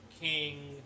King